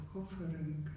offering